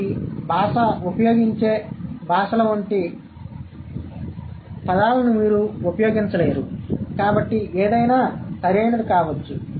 కాబట్టి భాష ఉపయోగించే భాషల వంటి పదాలను మీరు ఉపయోగించలేరు కాబట్టి ఏదైనా సరైనది కావచ్చు